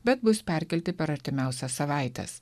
bet bus perkelti per artimiausias savaites